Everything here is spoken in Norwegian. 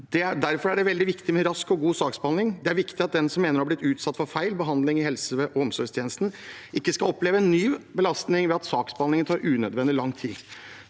Derfor er det veldig viktig med rask og god saksbehandling. Det er viktig at den som mener å ha blitt utsatt for feil behandling i helse- og omsorgstjenesten, ikke skal oppleve en ny belastning ved at saksbehandlingen tar unødvendig lang tid.